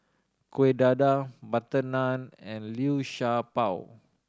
Kuih Dadar butter naan and Liu Sha Bao